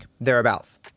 thereabouts